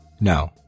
No